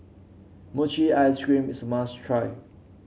Mochi Ice Cream is a must try